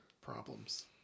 problems